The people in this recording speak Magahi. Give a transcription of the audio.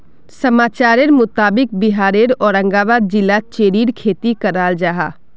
समाचारेर मुताबिक़ बिहारेर औरंगाबाद जिलात चेर्रीर खेती कराल जाहा